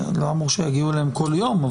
לא אמרו שיגיעו אליהם כל יום.